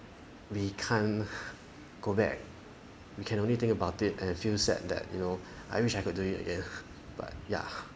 we can't go back we can only think about it and feel sad that you know I wish I could do it again but ya